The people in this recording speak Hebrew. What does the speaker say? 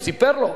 הוא סיפר לו.